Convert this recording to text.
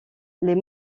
les